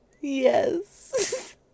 Yes